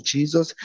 Jesus